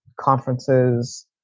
conferences